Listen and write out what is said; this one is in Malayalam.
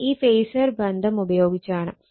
ഇത് ഈ ഫേസർ ബന്ധം ഉപയോഗിച്ചാണ്